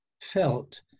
felt